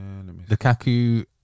Lukaku